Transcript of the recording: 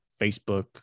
facebook